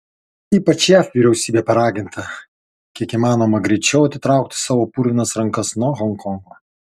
ypač jav vyriausybė paraginta kiek įmanoma greičiau atitraukti savo purvinas rankas nuo honkongo